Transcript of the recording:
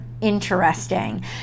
interesting